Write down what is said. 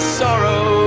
sorrow